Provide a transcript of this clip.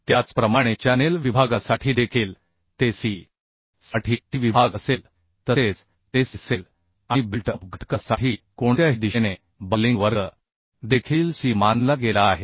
त्याचप्रमाणे च्यानेल विभागासाठी देखील ते C साठी T विभाग असेल तसेच ते Cअसेल आणि बिल्ट अप घटका साठी कोणत्याही दिशेने बकलिंग वर्ग देखील C मानला गेला आहे